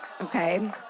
okay